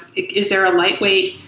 is there a lightweight,